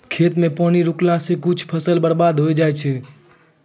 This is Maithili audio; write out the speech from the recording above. खेत मे पानी रुकला से कुछ फसल बर्बाद होय जाय छै